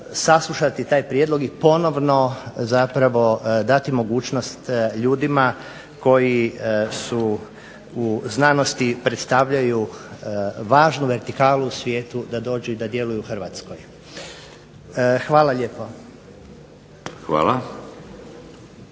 saslušati taj prijedlog i ponovno zapravo dati mogućnost ljudima koji u znanosti predstavljaju važnu vertikalu u svijetu da dođu i da djeluju u Hrvatskoj. Hvala lijepo.